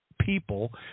people